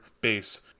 base